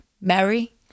Mary